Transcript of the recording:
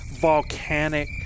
volcanic